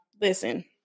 listen